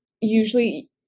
usually